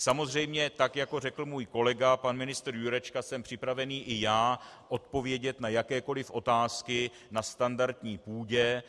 Samozřejmě tak jako řekl můj kolega, pan ministr Jurečka, jsem připravený i já odpovědět na jakékoliv otázky na standardní půdě.